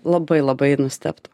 labai labai nustebtų